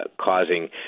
causing